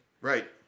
Right